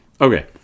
Okay